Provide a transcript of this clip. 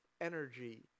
energy